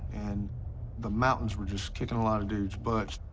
and the mountains were just kicking a lot of dude's butts.